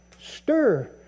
Stir